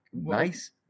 Nice